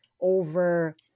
over